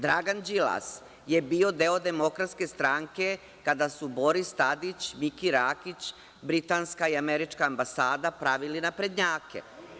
Dragan Đilas je bio deo demokratske stranke kada su Boris Tadić, Miki Rakić, britanska i američka ambasada pravili naprednjake.